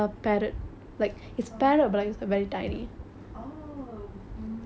so you actually know a lot about wildlife is it or like animals and all that